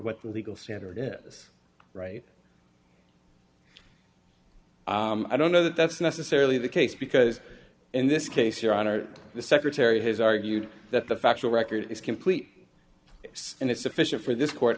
what the legal standard is right i don't know that that's necessarily the case because in this case your honor the secretary has argued that the factual record is complete and it's sufficient for this court